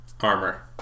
armor